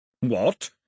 What